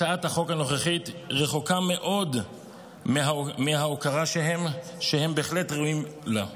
הצעת החוק הנוכחית רחוקה מאוד מההוקרה שהם בהחלט ראויים לה.